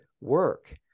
work